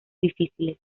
difíciles